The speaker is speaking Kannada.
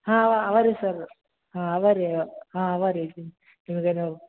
ಹಾಂ ಇವೆ ಇವೆ ರೀ ಸರ್ ಹಾಂ ಇವೆ ರೀ ಹಾಂ ಇವೆ ರೀ ನಿಮ್ಮ ನಿಮ್ಮದೇನು